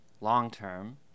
long-term